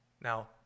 Now